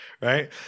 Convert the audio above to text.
Right